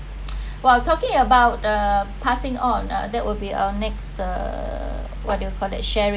while talking about the passing on uh that will be our next uh what do you call that sharing